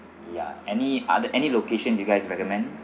ya any other any locations you guys recommend